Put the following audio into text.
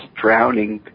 drowning